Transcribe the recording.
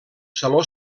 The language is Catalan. saló